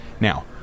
Now